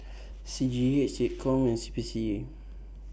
C G E Seccom and C P C A